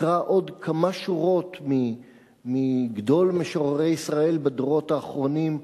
אקרא עוד כמה שורות מגדול משוררי ישראל בדורות האחרונים,